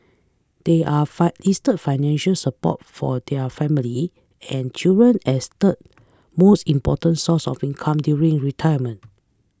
they are listed financial support from their family and children as third most important source of income during retirement